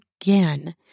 again